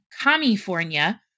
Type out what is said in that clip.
California